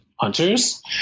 hunters